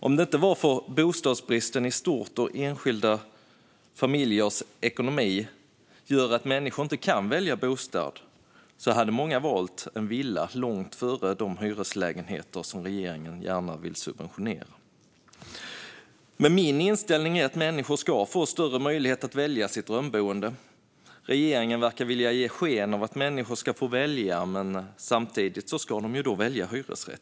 Om det inte vore för att bostadsbristen i stort och enskilda familjers ekonomi gör att människor inte kan välja bostad skulle många ha valt en villa långt före de hyreslägenheter som regeringen gärna vill subventionera. Min inställning är att människor ska få större möjligheter att välja sitt drömboende. Regeringen verkar vilja ge sken av att människor ska få välja, men samtidigt ska de då välja hyresrätt.